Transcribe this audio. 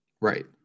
Right